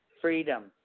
freedom